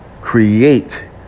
create